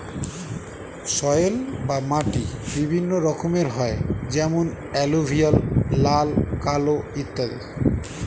soil বা মাটি বিভিন্ন রকমের হয় যেমন এলুভিয়াল, লাল, কালো ইত্যাদি